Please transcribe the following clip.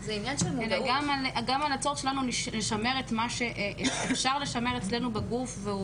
אלא גם על הצורך שלנו לשמר את מה שאפשר לשמר אצלנו בגוף.